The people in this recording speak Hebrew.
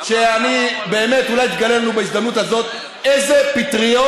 באמת אולי תגלה בהזדמנות הזאת איזה פטריות